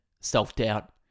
self-doubt